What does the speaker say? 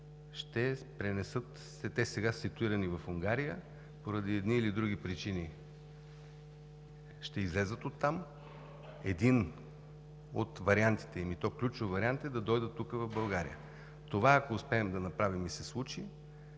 – сега те са ситуирани в Унгария, поради едни или други причини ще излязат от там, единият от вариантите ни, и то ключов, е да дойдат тук в България. Ако успеем това да направим и се случи,